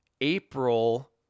April